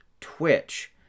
Twitch